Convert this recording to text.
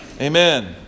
Amen